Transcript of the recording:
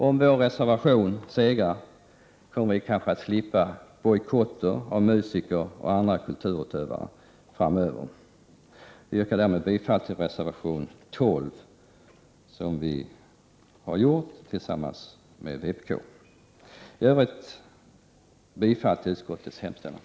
Om vår reservation segrar, kommer vi kanske att slippa bojkotter av musiker och andra kulturutövare i framtiden. Jag yrkar bifall till reservation 12, som vi har tillsammans med vpk. I övrigt yrkar jag bifall till utskottets hemställan.